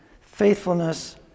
faithfulness